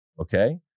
okay